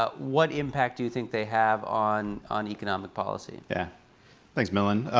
ah what impact do you think they have on on economic policy? yeah thanks milan.